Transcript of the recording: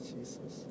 Jesus